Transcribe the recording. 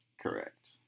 Correct